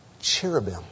Cherubim